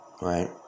right